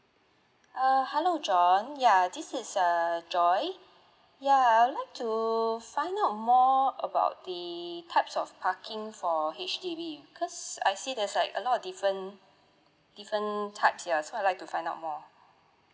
err hello john ya this is err joy ya I would like to find out more about the types of parking for H_D_B cause I see there's like a lot of different different types ya so I'd like to find out more